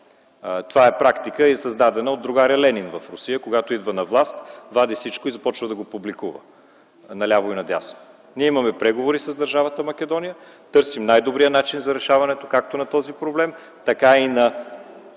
Това е практика и е създадена от другаря Ленин в Русия. Когато идва на власт, вади всичко и започва да го публикува наляво и надясно. Ние имаме преговори с държавата Македония, търсим най-добрия начин за решаването както на този проблем, така и на